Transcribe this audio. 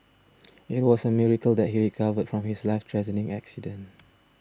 it was a miracle that he recovered from his life threatening accident